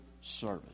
service